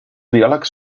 biòlegs